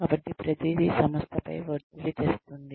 కాబట్టి ప్రతిదీ సంస్థపై ఒత్తిడి తెస్తోంది